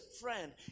friend